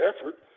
effort